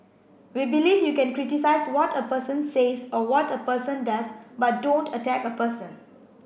we believe you can criticise what a person says or what a person does but don't attack a person